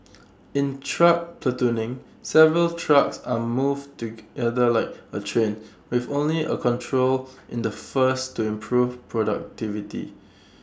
in truck platooning several trucks are move together like A train with only A control in the first to improve productivity